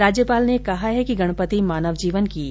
राज्यपाल ने कहा है कि गणपति मानव जीवन की लय है